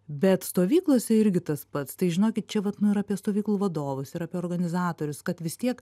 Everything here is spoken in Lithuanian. bet stovyklose irgi tas pats tai žinokit čia vat nu ir apie stovyklų vadovus ir apie organizatorius kad vis tiek